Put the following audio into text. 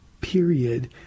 period